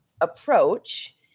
approach